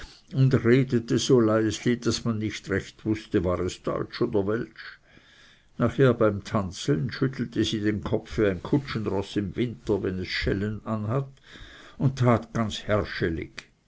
und redete so leisli daß man nicht recht wußte war es deutsch oder welsch nachher beim tanzen schüttelte sie den kopf wie ein kutschenroß im winter wenn es schellen an hat und tat ganz herrschelig